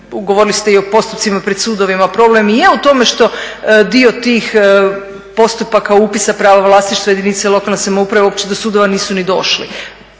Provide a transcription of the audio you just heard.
govorili ste i o postupcima pred sudovima. Problem i je u tome što dio tih postupaka upisa prava vlasništva jedinice lokalne samouprave uopće do sudova nisu ni došli